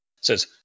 says